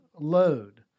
load